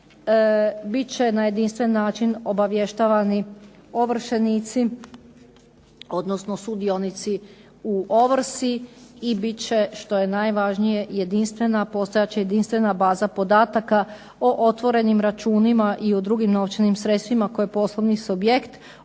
Bit će na jedinstven način obavještavani ovršenici, odnosno sudionici u ovrsi, i bit će što je najvažnije jedinstvena, postojat će jedinstvena baza podataka o otvorenim računima i o drugim novčanim sredstvima koje poslovni subjekt, odnosno